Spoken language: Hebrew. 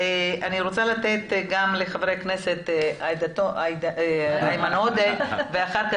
אני נותנת את רשות הדיבור לחבר הכנסת איימן עודה ואחר כך